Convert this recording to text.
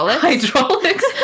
Hydraulics